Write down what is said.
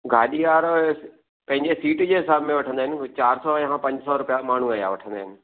गाॾीअ वारा पंहिंजे सीट जे हिसाब सां वठंदा आहिनि चारि सौ खां पंज सौ रुपिया माण्हूअ जा वठंदा आहिनि